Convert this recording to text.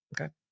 okay